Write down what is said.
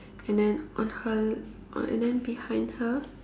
and then on her and then behind her